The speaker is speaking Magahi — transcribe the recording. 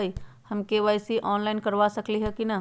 हम के.वाई.सी ऑनलाइन करवा सकली ह कि न?